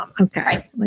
Okay